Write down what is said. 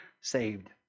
saved